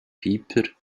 pieper